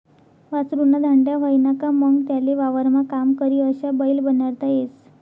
वासरु ना धांड्या व्हयना का मंग त्याले वावरमा काम करी अशा बैल बनाडता येस